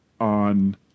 on